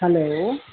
hello